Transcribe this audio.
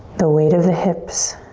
the weight of the hips.